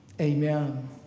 Amen